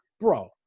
Bro